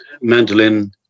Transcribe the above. mandolin